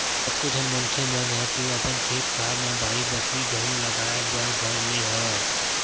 कतको झन मनखे मन ह तो अपन खेत खार मन म बाड़ी बखरी घलो लगाए बर धर ले हवय